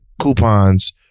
coupons